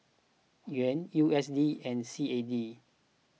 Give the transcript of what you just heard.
Yuan U S D and C A D